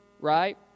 right